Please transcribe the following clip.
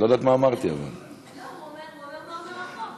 אומר מה אומר החוק.